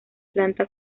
planta